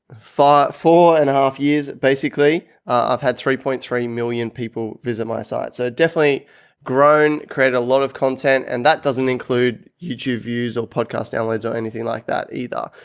four, four and a half years. basically had three point three million people visit my site, so definitely grown credit, a lot of content and that doesn't include youtube views or podcast downloads or anything like that either.